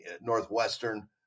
Northwestern